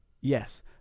Yes